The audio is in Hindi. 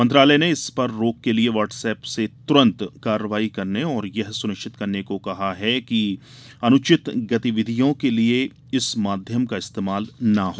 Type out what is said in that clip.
मंत्रालय ने इस पर रोक के लिए व्हाट्स ऐप से तूरन्त कार्रवाई करने और यह सुनिश्चित करने को कहा है कि अनुचित गतिविधियों के लिए इस माध्यम का इस्तेमाल न हो